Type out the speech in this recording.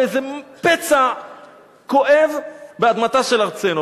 באיזה פצע כואב באדמתה של ארצנו.